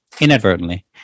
inadvertently